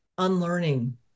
unlearning